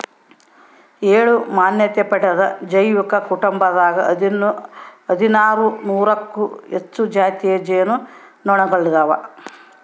ಏಳು ಮಾನ್ಯತೆ ಪಡೆದ ಜೈವಿಕ ಕುಟುಂಬದಾಗ ಹದಿನಾರು ನೂರಕ್ಕೂ ಹೆಚ್ಚು ಜಾತಿಯ ಜೇನು ನೊಣಗಳಿದಾವ